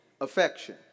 affection